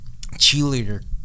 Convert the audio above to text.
cheerleader